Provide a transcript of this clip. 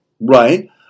right